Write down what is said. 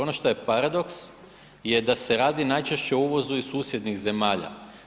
Ono što je paradoks je da se radi najčešće o uvozu iz susjednih zemalja.